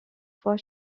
fois